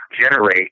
generate